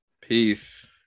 Peace